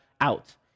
out